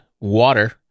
water